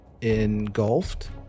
engulfed